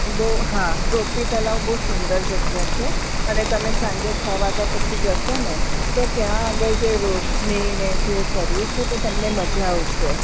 go Gopi Talav બહુ સુંદર જગ્યા છે અને તમે સાંજે છ વાગ્યા પછી જશોને તો ત્યાં આગળ રોશની ને જે કર્યું છે તો તમને મજા આવશે